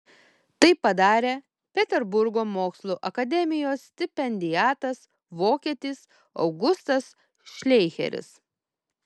tai padarė peterburgo mokslų akademijos stipendiatas vokietis augustas šleicheris